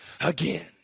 again